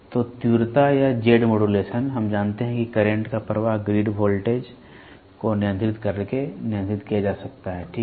तो तीव्रता या जेड मॉड्यूलेशन हम जानते हैं कि करंट का प्रवाह ग्रिड वोल्टेज को नियंत्रित करके नियंत्रित किया जा सकता है ठीक है